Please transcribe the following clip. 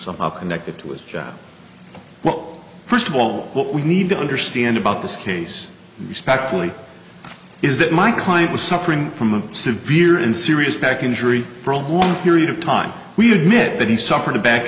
somehow connected to his job well first of all what we need to understand about this case respectfully is that my client was suffering from a severe and serious back injury for a long period of time we did myth that he suffered a back